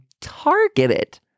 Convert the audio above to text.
targeted